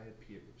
appears